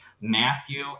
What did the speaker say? matthew